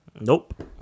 nope